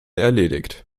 erledigt